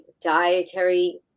dietary